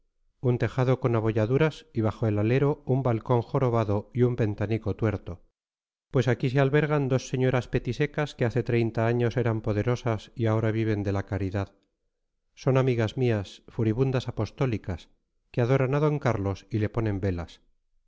un tejado con abolladuras y bajo el alero un balcón jorobado y un ventanico tuerto pues aquí se albergan dos señoras petisecas que hace treinta años eran poderosas y ahora viven de la caridad son amigas mías furibundas apostólicas que adoran a d carlos y le ponen velas